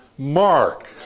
Mark